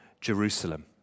Jerusalem